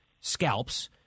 scalps